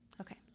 Okay